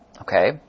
Okay